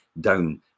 down